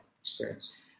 experience